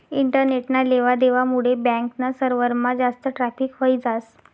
इंटरनेटना लेवा देवा मुडे बॅक ना सर्वरमा जास्त ट्रॅफिक व्हयी जास